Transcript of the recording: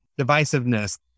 divisiveness